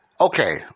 Okay